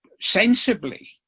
sensibly